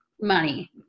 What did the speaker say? money